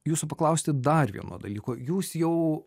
jūsų paklausti dar vieno dalyko jūs jau